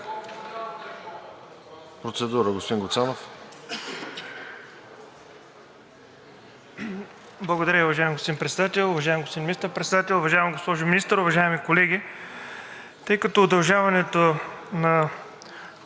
Процедура, господин Гуцанов.